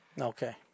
Okay